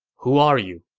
who are you?